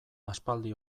aspaldi